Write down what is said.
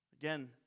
Again